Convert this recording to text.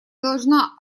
должна